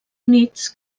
units